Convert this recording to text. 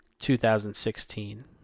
2016